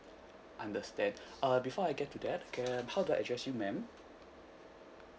understand err before I get to that can how do I address you ma'am